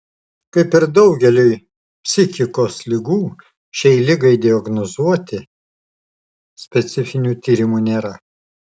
kaip ir daugeliui psichikos ligų šiai ligai diagnozuoti specifinių tyrimų nėra